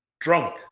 drunk